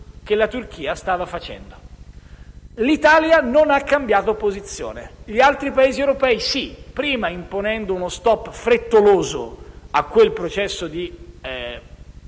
che la Turchia stava facendo. L'Italia non ha cambiato posizione, mentre gli altri Paesi europei sì, prima imponendo uno *stop* frettoloso a quel processo di